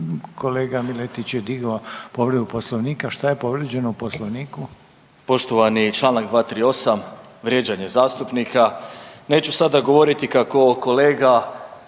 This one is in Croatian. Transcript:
kolega Miletić je digao povredu Poslovnika. Šta je povrijeđeno u Poslovniku? **Miletić, Marin (MOST)** Poštovani, Članak 238., vrijeđanje zastupnika, neću sada govoriti kako kolega